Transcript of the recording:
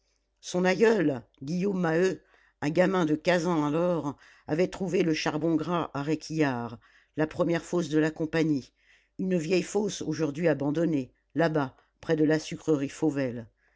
son aïeul guillaume maheu un gamin de quinze ans alors avait trouvé le charbon gras à réquillart la première fosse de la compagnie une vieille fosse aujourd'hui abandonnée là-bas près de la sucrerie fauvelle